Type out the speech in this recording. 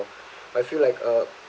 but I feel like uh